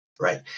Right